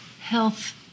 health